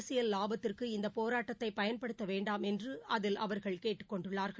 அரசியல் லாபத்திற்கு இந்தப் போராட்டத்தை பயன்படுத்த வேண்டாம் என்று அதில் அவர்கள் கேட்டுக் கொண்டுள்ளார்கள்